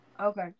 Okay